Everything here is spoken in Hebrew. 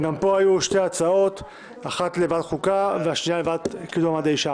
שתי הצעות החוק יועברו לדיון בוועדה לקידום מעמד האישה.